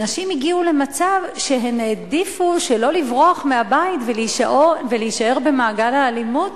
נשים הגיעו למצב שהן העדיפו שלא לברוח מהבית ולהישאר במעגל האלימות